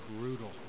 brutal